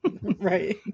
Right